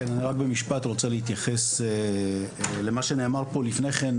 רק במשפט אני רוצה להתייחס למה שנאמר פה לפני כן,